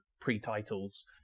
pre-titles